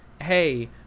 Hey